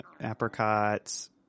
apricots